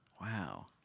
wow